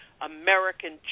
American